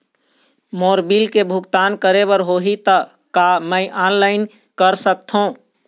मोर bill के भुगतान करे बर होही ता का मैं ऑनलाइन कर सकथों?